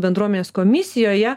bendruomenės komisijoje